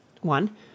One